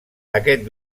aquest